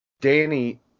Danny